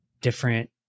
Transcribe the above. different